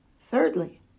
Thirdly